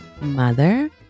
mother